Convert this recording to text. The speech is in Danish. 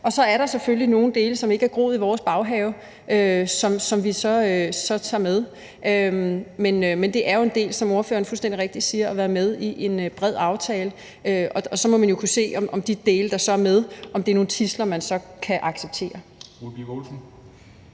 Og så er der selvfølgelig nogle dele, som ikke er groet i vores baghave, som vi så tager med. Men det er jo en del af det, som ordføreren fuldstændig rigtigt siger, at være med i en bred aftale. Og så må man jo kunne se, om de dele, der er med, er nogle tidsler, man kan acceptere.